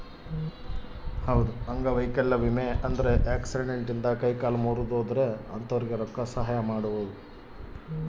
ಅಂಗವೈಕಲ್ಯ ವಿಮೆ ಆಕ್ಸಿಡೆಂಟ್ ಇಂದ ಕೈ ಕಾಲು ಮುರ್ದಿದ್ರೆ ಅಂತೊರ್ಗೆ ರೊಕ್ಕ ಸಹಾಯ ಮಾಡೋದು